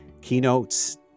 keynotes